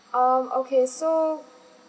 um okay so